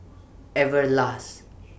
Everlast